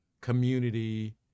community